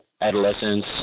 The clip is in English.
adolescence